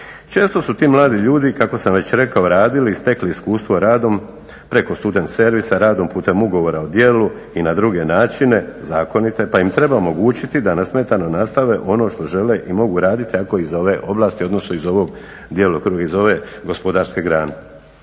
Često su ti mladi ljudi kako sam već rekao radili i stekli iskustvo radom preko student servisa, radom putem ugovora o djelu i na druge načine, zakonite pa im treba omogućiti da nesmetano nastave ono što žele i mogu raditi ako ih za ove ovlasti odnosno iz ovog djelokruga, iz ove gospodarske grane.